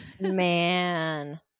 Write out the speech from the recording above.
Man